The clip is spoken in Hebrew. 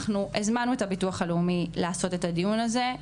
אנחנו הזמנו את הביטוח הלאומי לעשות את הדיון הזה.